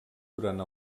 durant